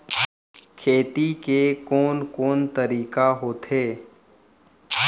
खेती के कोन कोन तरीका होथे?